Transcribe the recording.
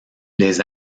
les